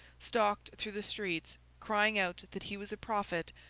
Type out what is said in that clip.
stalked through the streets, crying out that he was a prophet,